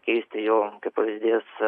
keisti jo pavyūdys